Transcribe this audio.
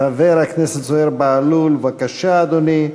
חבר הכנסת זוהיר בהלול, בבקשה, אדוני,